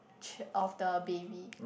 ch~ of the baby